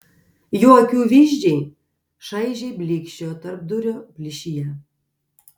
jų akių vyzdžiai šaižiai blykčiojo tarpdurio plyšyje